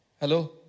Hello